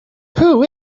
who